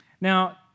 Now